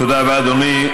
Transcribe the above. תודה רבה, אדוני.